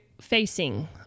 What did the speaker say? facing